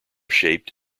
shaped